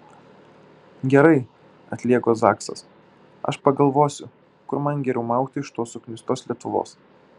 gerai atlėgo zaksas aš pagalvosiu kur man geriau mauti iš tos suknistos lietuvos